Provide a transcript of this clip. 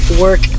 work